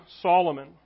Solomon